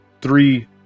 three